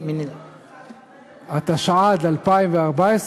התשע"ד 2014,